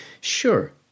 Sure